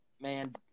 man